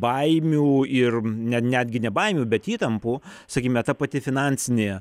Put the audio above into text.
baimių ir ne netgi ne baimių bet įtampų sakykime ta pati finansinė